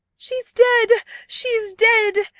she's dead she's dead!